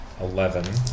eleven